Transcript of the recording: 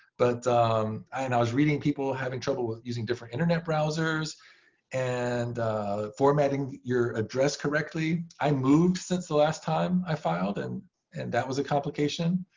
but and i was reading people having trouble with using different internet browsers and formatting your address correctly. i moved since the last time i filed, and and that was a complication.